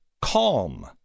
calm